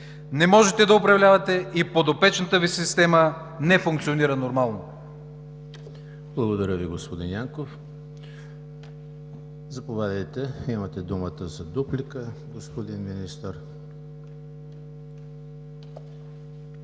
Не можете да управлявате и подопечната Ви система не функционира нормално! ПРЕДСЕДАТЕЛ ЕМИЛ ХРИСТОВ: Благодаря Ви, господин Янков. Заповядайте, имате думата за дуплика, господин Министър.